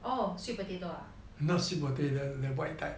oh sweet potato ah